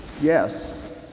yes